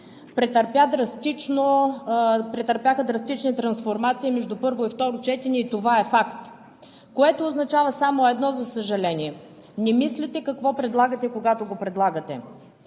претърпяха драстични трансформации между първо и второ четене и това е факт, което означава само едно, за съжаление, не мислите какво предлагате, когато го предлагате.